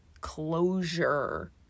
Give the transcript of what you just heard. closure